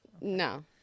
no